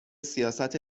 سیاست